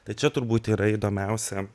tai čia turbūt yra įdomiausia